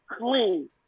clean